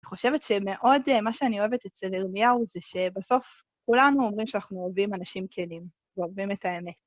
אני חושבת שמאוד, מה שאני אוהבת אצל ירמיהו, זה שבסוף כולנו אומרים שאנחנו אוהבים אנשים כנים, אוהבים את האמת.